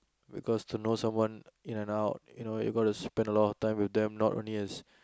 because to know someone in and out you got to spend a lot of time with them not only as